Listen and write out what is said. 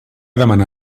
demanar